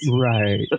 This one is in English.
right